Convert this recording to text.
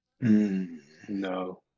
No